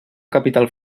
capital